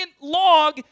log